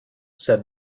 said